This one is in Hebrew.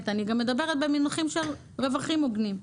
אני גם מדברת במונחים של רווחים הוגנים.